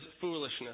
foolishness